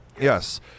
Yes